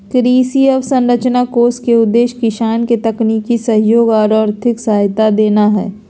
कृषि अवसंरचना कोष के उद्देश्य किसान के तकनीकी सहयोग आर आर्थिक सहायता देना हई